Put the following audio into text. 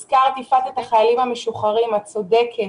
יפעת, הזכרת את החיילים המשוחררים, ואת צודקת.